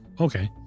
okay